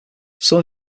some